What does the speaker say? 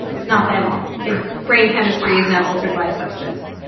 it's not that his brain chemistry is now altered by a substance.